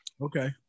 okay